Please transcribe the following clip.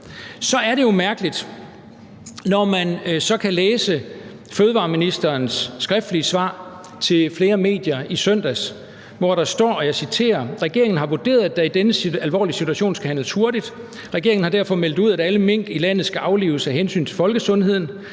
Så er det jo mærkeligt, når man kan læse fødevareministerens skriftlige svar til flere medier i søndags, hvor der står: »Regeringen har vurderet, at der i denne alvorlige situation skal handles hurtigt. Regeringen har derfor meldt ud, at alle mink i landet skal aflives af hensyn til folkesundheden.